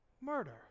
murder